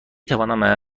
توانم